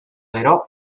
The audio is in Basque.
gero